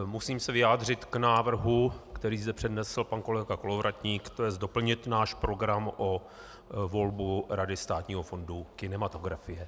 Musím se vyjádřit k návrhu, který zde přednesl pan kolega Kolovratník, tj. doplnit náš program o volbu Rady Státního fondu kinematografie.